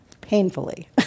Painfully